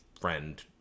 friend